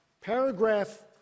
paragraph